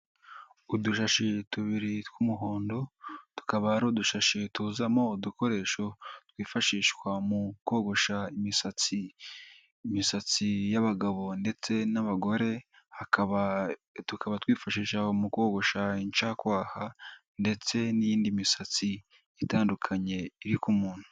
Udushashi tubiri tw'umuhondo tukaba ari udushashi tuzamo udukoresho twifashishwa mu kogosha imisatsi. Imisatsi y'abagabo ndetse n'abagore ikaba twifashishije mu kogosha incakwaha ndetse n'indi misatsi itandukanye iri ku muntu.